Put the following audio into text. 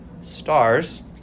stars